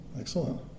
Excellent